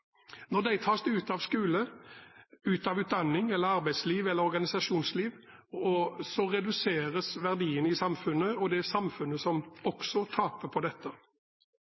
Når de tas ut av skole, utdanning, arbeidsliv eller organisasjonsliv, reduseres verdien i samfunnet, og det er samfunnet som også taper på dette.